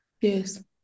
Yes